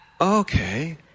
okay